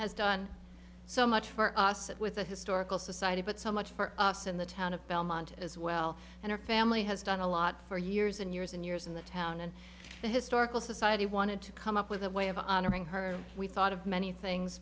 has done so much for us that with a historical society but so much for us in the town of belmont as well and her family has done a lot for years and years and years in the town and historical society wanted to come up with a way of honoring her we thought of many things